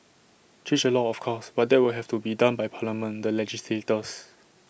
change the law of course but that will have to be done by parliament the legislators